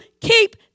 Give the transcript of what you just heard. keep